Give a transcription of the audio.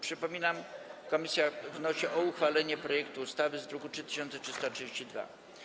Przypominam, że komisja wnosi o uchwalenie projektu ustawy z druku nr 3332.